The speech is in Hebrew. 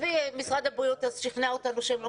משרד הבריאות אז שכנע אותנו שהם לא